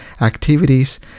activities